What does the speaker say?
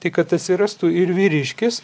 tai kad atsirastų ir vyriškis